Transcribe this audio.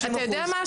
אז אתה יודע משהו?